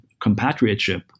compatriotship